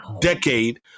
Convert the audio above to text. decade